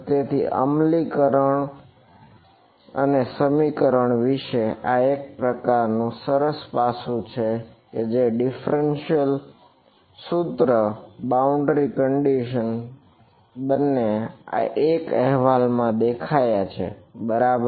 તેથી આ સમીકરણ વિશે આ એક અલગ પ્રકારનું સરસ પાસું છે કે ડિફરન્શિયલ બંને આ એક અહેવાલ માં દેખાયા છે બરાબર